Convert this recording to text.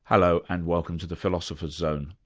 hello, and welcome to the philosopher's zone.